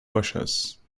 bushes